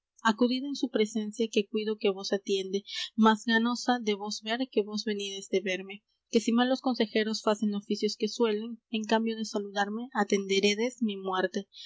acudid en su presencia que cuido que vos atiende más ganosa de vos ver que vos venides de verme que si malos consejeros facen oficios que suelen en cambio de saludarme atenderédes mi muerte